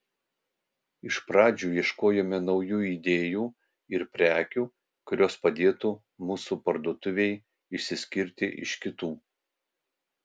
iš pradžių ieškojome naujų idėjų ir prekių kurios padėtų mūsų parduotuvei išsiskirti iš kitų